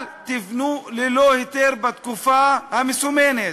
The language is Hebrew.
אל תבנו ללא היתר בתקופה המסומנת,